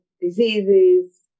diseases